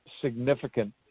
significant